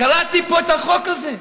קראתי פה את החוק הזה,